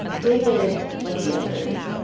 david, like the others,